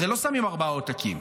הרי לא שמים ארבעה עותקים.